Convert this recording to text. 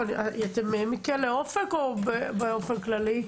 אתם כלא אופק או באופן כללי?